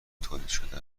تولیدشده